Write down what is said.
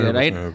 right